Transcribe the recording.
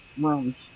rooms